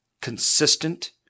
consistent